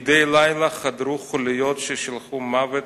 מדי לילה חדרו חוליות ששילחו מוות